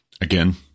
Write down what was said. Again